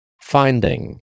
Finding